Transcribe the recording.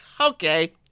Okay